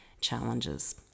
challenges